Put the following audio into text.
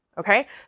Okay